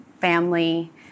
family